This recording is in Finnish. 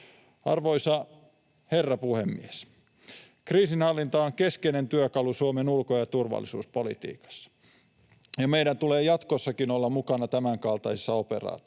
Arvoisa herra puhemies! Kriisinhallinta on keskeinen työkalu Suomen ulko- ja turvallisuuspolitiikassa, ja meidän tulee jatkossakin olla mukana tämänkaltaisissa operaatioissa.